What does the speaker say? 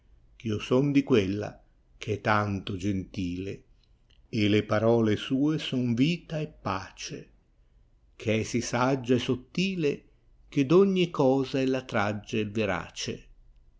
io son di quella ch è tanto gentile le parole sue son vita e pace gh è si saggia e sottile che d ogni coy ella tragge il verace